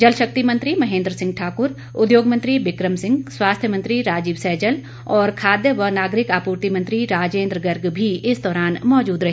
जल शक्ति मंत्री महेंद्र सिंह ठाक्र उद्योग मंत्री बिकम सिंह स्वास्थ्य मंत्री राजीव सैजल और खाद्य व नागरिक आपूर्ति मंत्री राजेंद्र गर्ग भी इस दौरान मौजूद रहे